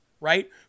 right